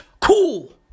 cool